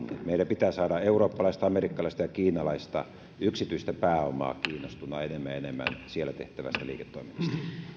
meillä pitää saada eurooppalaista amerikkalaista ja kiinalaista yksityistä pääomaa kiinnostumaan enemmän ja enemmän siellä tehtävästä liiketoiminnasta